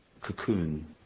cocoon